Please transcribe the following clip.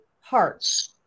hearts